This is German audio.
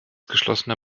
geschlossene